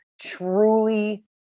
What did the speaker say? truly